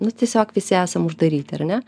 nu tiesiog visi esam uždaryti ar ne